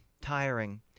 tiring